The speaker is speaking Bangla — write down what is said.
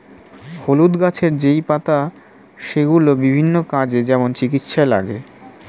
হলুদ গাছের যেই পাতা সেগুলো বিভিন্ন কাজে, যেমন চিকিৎসায় লাগে